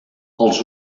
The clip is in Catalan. els